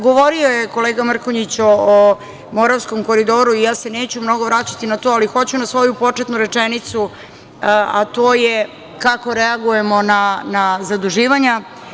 Govorio je kolega Mrkonjić o Moravskom koridoru i ja se neću mnogo vraćati na to, ali hoću na svoju početnu rečenicu, a to je kako reagujemo na zaduživanja.